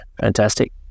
fantastic